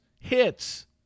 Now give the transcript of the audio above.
hits